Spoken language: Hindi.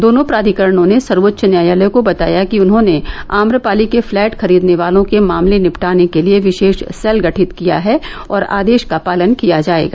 दोनों प्राधिकरणों ने सर्वोच्च न्यायालय को बताया कि उन्होंने आम्रपाली के फ्लैट खरीदने वालों के मामले निपटाने के लिए विशेष सैल गठित किया है और आदेश का पालन किया जायेगा